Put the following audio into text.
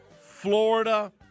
Florida